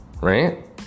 Right